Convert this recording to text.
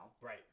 right